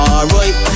Alright